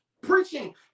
Preaching